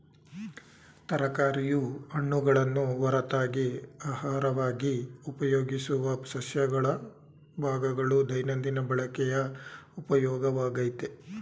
ತರಕಾರಿಯು ಹಣ್ಣುಗಳನ್ನು ಹೊರತಾಗಿ ಅಹಾರವಾಗಿ ಉಪಯೋಗಿಸುವ ಸಸ್ಯಗಳ ಭಾಗಗಳು ದೈನಂದಿನ ಬಳಕೆಯ ಉಪಯೋಗವಾಗಯ್ತೆ